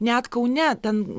net kaune ten